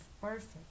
perfect